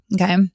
Okay